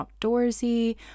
outdoorsy